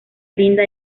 linda